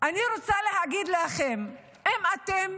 אני רוצה להגיד לכם, אם אתם